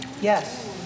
Yes